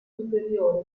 superiore